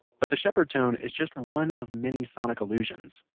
but the shepard tone is just one of many sonic illusions.